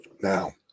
now